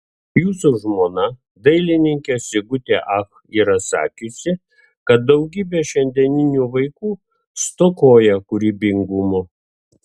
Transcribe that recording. jūsų žmona dailininkė sigutė ach yra sakiusi kad daugybė šiandieninių vaikų stokoja kūrybingumo